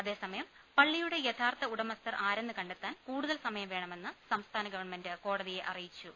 അതേസമയം പള്ളിയുടെ യഥാർത്ഥ ഉടമസ്ഥർ ആരെന്ന് കണ്ടെത്താൻ കൂടുതൽ സമയം വേണമെന്ന് സംസ്ഥാന ഗവൺമെന്റ് കോടതിയെ അറിയിച്ചു